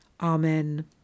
Amen